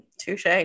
Touche